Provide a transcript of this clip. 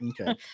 okay